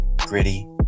gritty